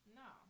no